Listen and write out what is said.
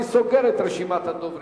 אני סוגר את רשימת הדוברים.